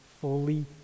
fully